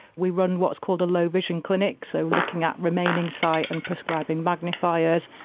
we run, what's called, a low-vision clinic so looking at remaining sight and prescribing magnifiers.